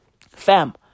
Fam